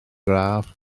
braf